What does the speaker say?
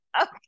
Okay